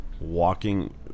walking